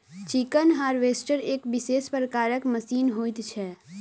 chicken harvester एक विशेष प्रकारक मशीन होइत छै